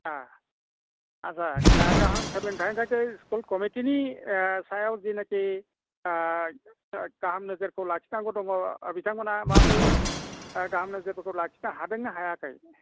अ आच्चा गाहाम सोलोंथायनि थाखाय स्कुल कमिटिनि सायाव जिनाखि गाहाम नोजोरखौ लाखिनांगौ दङ बिथांमोना माबोरै गाहाम नोजोरफोरखौ लाखिनो हादोंना हायाखै